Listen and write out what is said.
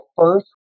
first